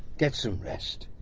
get some rest.